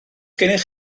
gennych